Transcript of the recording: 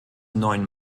neuen